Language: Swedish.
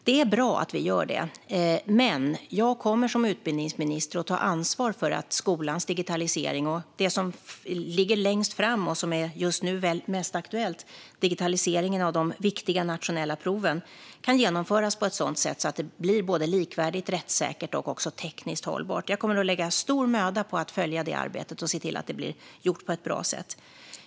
Det är bra att vi gör det, men jag kommer som utbildningsminister att ta ansvar för att skolans digitalisering och det som ligger längst fram och just nu är mest aktuellt, digitaliseringen av de viktiga nationella proven, kan genomföras på ett sådant sätt att det blir både likvärdigt och rättssäkert och också tekniskt hållbart. Jag kommer att lägga stor möda på att följa det arbetet och se till att det blir gjort på ett bra sätt.